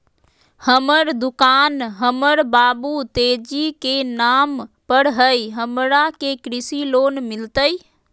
हमर दुकान हमर बाबु तेजी के नाम पर हई, हमरा के कृषि लोन मिलतई?